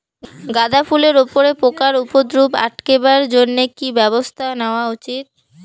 গাঁদা ফুলের উপরে পোকার উপদ্রব আটকেবার জইন্যে কি ব্যবস্থা নেওয়া উচিৎ?